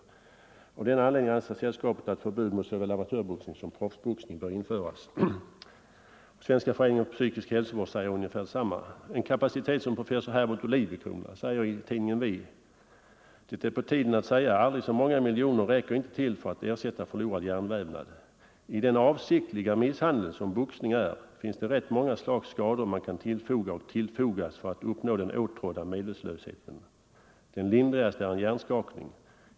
Av denna anledning anser sällskapet att förbud mot såväl amatörboxning som proffsboxning bör införas.” Svenska föreningen för psykisk hälsovård säger ungefär detsamma. En kapacitet som professor Herbert Olivecrona säger i tidningen Vi: ”Det är på tiden att säga: aldrig så många miljoner räcker inte till för att ersätta förlorad hjärnvävnad —- i den avsiktliga misshandel som boxning är finns det rätt många slags skador man kan tillfoga och tillfogas för att uppnå den åtrådda medvetslösheten. Den lindrigaste är en hjärnskakning.